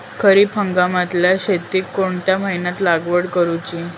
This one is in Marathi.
खरीप हंगामातल्या शेतीक कोणत्या महिन्यात लागवड करूची?